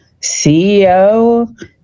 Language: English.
CEO